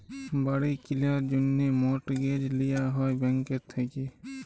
বাড়ি কিলার জ্যনহে মর্টগেজ লিয়া হ্যয় ব্যাংকের থ্যাইকে